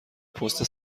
پست